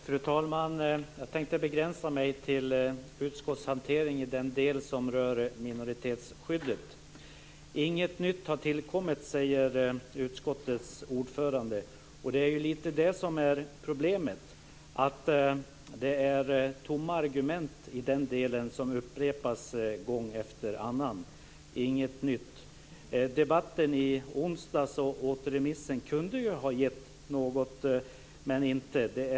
Fru talman! Jag tänkte begränsa mig till utskottshanteringen i den del som rör minoritetsskyddet. Inget nytt har tillkommit, säger utskottets ordförande. Det är det som är en del av problemet, att det är tomma argument i den del som upprepas gång efter annan. Inget nytt. Debatten i onsdags och återremissen kunde ju ha gett något, men det har det inte.